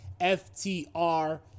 FTR